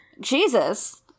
Jesus